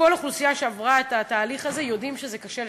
כל אוכלוסייה שעברה את התהליך הזה יודעת שקשה לשנות.